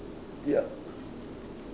yup